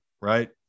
right